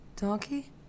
donkey